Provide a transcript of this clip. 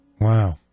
Wow